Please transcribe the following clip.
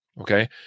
okay